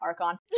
Archon